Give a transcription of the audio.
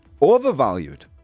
overvalued